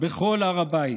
בכל הר הבית.